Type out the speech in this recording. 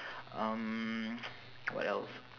um what else